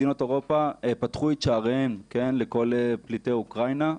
מדינות אירופה פתחו את שעריהן לכל פליטי אוקראינה,